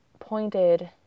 pointed